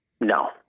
No